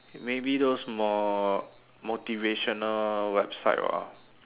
maybe those mo~ motivational websites ah